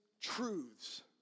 truths